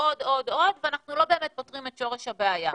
עוד ועוד ועוד ואנחנו לא באמת פותרים את שורש הבעיה.